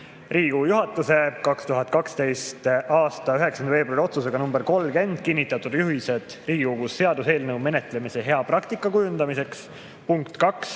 Riigikogu juhatus on 2012. aasta 9. veebruari otsusega nr 30 kinnitanud juhised Riigikogus seaduseelnõu menetlemise hea praktika kujundamiseks. Nende punkt